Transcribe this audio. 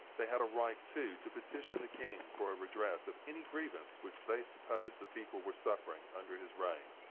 they had a right too, to petition the king for a redress of any grievances which they supposed the people were suffering under his reign.